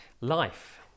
life